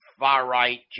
far-right